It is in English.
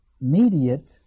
immediate